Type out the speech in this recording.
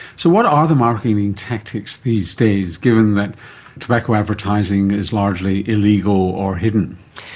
so what are the marketing tactics these days, given that tobacco advertising is largely illegal or hidden?